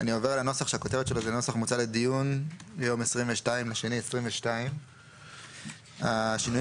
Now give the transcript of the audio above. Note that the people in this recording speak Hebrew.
"נוסח מוצע לדיון ביום 22 בפברואר 2022". השינויים